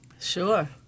Sure